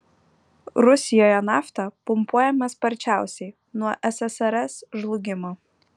rusijoje nafta pumpuojama sparčiausiai nuo ssrs žlugimo